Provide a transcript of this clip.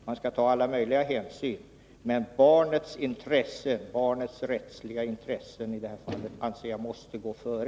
Man skall ta alla möjliga hänsyn, men barnets rättsliga intressen måste gå före.